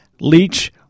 Leech